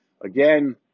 Again